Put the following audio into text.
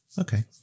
Okay